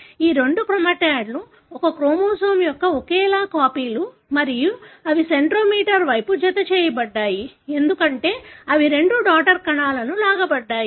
ఈ రెండు క్రోమాటిడ్లు ఒకే క్రోమోజోమ్ యొక్క ఒకేలా కాపీలు మరియు అవి సెంట్రోమీర్ వైపు జతచేయబడతాయి ఎందుకంటే అవి రెండు డాటర్ కణాలకు లాగబడతాయి